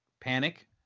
panic